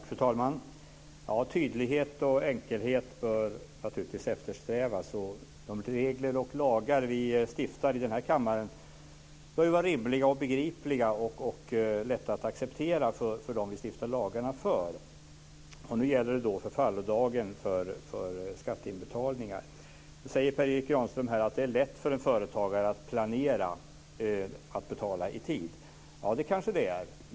Fru talman! Tydlighet och enkelhet bör naturligtvis eftersträvas. De lagar som vi stiftar här i kammaren bör vara rimliga, begripliga och lätta att acceptera för dem som vi stiftar lagarna för. Nu gäller det förfallodagen för skatteinbetalningar. Per Erik Granström säger att det är lätt för en företagare att planera att betala i tid. Ja, det är det kanske.